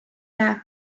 jää